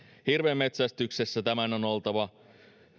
hirven metsästyksessä tämän on oltava